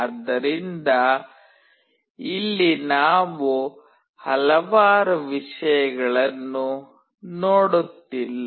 ಆದ್ದರಿಂದ ಇಲ್ಲಿ ನಾವು ಹಲವಾರು ವಿಷಯಗಳನ್ನು ನೋಡುತ್ತಿಲ್ಲ